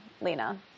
Lena